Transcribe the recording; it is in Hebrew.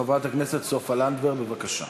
חברת הכנסת סופה לנדבר, בבקשה.